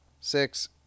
six